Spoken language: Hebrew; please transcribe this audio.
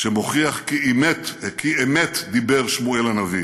שמוכיח כי אמת דיבר שמואל הנביא